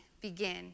begin